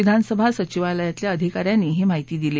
विधानसभा सचिवालयातल्या अधिकाऱ्यांनी ही माहिती दिली